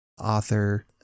author